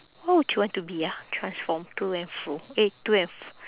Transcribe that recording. what would you want to be ah transform to and fro eh to and f~